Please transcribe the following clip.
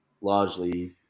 largely